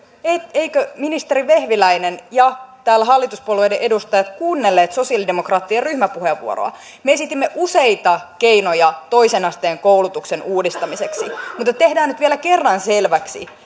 eivätkö ministeri vehviläinen ja täällä hallituspuolueiden edustajat kuunnelleet sosiaalidemokraattien ryhmäpuheenvuoroa me esitimme useita keinoja toisen asteen koulutuksen uudistamiseksi mutta tehdään nyt vielä kerran selväksi